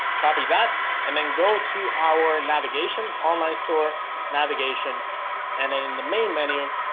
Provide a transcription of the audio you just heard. copy that and then go to our navigation online store navigation and then in the main menu,